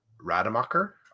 Rademacher